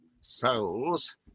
souls